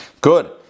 Good